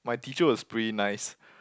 my teacher was pretty nice